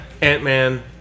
Ant-Man